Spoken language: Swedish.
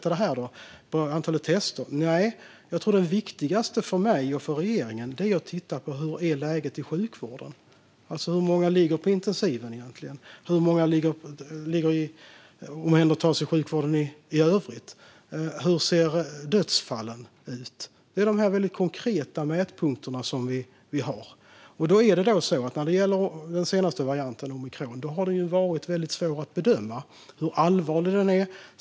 Är det genom antalet tester? Nej, jag tror att det viktigaste för mig och regeringen är att titta på hur läget är i sjukvården. Hur många ligger på intensiven egentligen? Hur många omhändertas i sjukvården i övrigt? Hur ser det ut med dödsfallen? Det är de väldigt konkreta mätpunkterna vi har. När det gäller den senaste varianten, omikron, har det varit väldigt svårt att bedöma hur allvarlig den är.